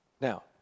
Now